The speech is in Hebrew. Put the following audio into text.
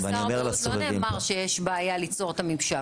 הבריאות לא נאמר שיש בעיה ליצור את הממשק,